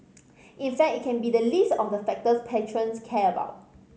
in fact it can be the least of the factors patrons care about